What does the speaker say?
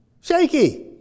Shaky